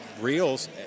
reels